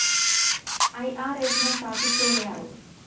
IRS ನ ಸ್ಥಾಪಿಸಿದೊರ್ಯಾರು?